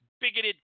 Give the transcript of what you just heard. bigoted